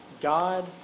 God